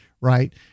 right